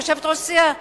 אני יושבת-ראש סיעה,